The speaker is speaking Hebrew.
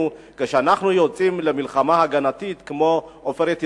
כשאנחנו יוצאים למלחמה הגנתית כמו "עופרת יצוקה",